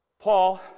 Paul